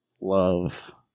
love